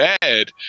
Bad